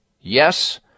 Yes